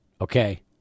okay